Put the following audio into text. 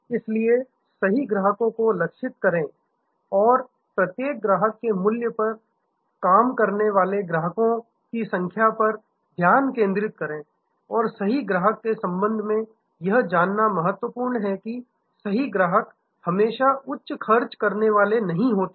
इसलिए सही ग्राहकों को लक्षित करें और प्रत्येक ग्राहक के मूल्य पर काम करने वाले ग्राहकों की संख्या पर ध्यान केंद्रित करें और सही ग्राहक के संबंध में यहजानना महत्वपूर्ण है कि सही ग्राहक हमेशा उच्च खर्च करने वाले नहीं होते हैं